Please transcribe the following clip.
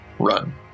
run